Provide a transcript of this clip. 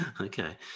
Okay